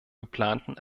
geplanten